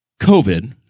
COVID